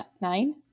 Nine